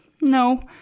No